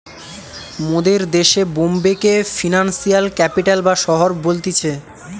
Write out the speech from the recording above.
মোদের দেশে বোম্বে কে ফিনান্সিয়াল ক্যাপিটাল বা শহর বলতিছে